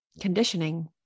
conditioning